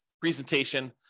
presentation